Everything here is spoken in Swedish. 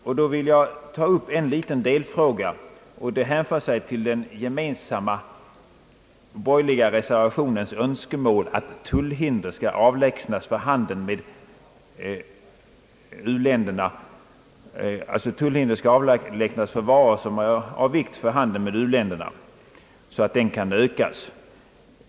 Jag vill ta upp en liten delfråga som hänför sig till den gemensamma borgerliga reservationens önskemål att tullhinder skall avlägsnas för varor som är av vikt för handeln med u-länderna, så att den kan ökas.